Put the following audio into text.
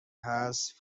حذف